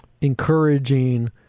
encouraging